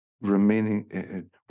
remaining